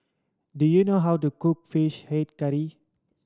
do you know how to cook Fish Head Curry